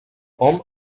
hom